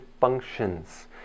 functions